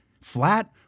flat